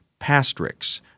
Pastrix